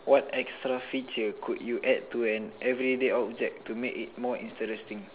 what extra feature could you add to an everyday object to make it more interesting